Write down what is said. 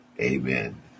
Amen